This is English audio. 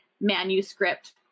Manuscript